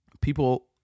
People